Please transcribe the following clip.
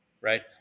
right